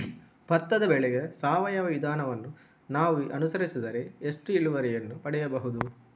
ಭತ್ತದ ಬೆಳೆಗೆ ಸಾವಯವ ವಿಧಾನವನ್ನು ನಾವು ಅನುಸರಿಸಿದರೆ ಎಷ್ಟು ಇಳುವರಿಯನ್ನು ತೆಗೆಯಬಹುದು?